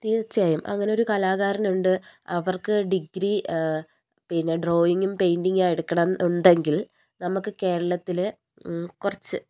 തീർച്ചയായും അങ്ങനെ ഒരു കലാകാരൻ ഉണ്ട് അവർക്ക് ഡിഗ്രി പിന്നെ ഡ്രോയിങും പെയിൻറിങും എടുക്കണം എന്ന് ഉണ്ടെങ്കിൽ നമുക്ക് കേരളത്തിൽ കുറച്ച്